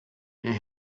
and